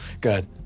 Good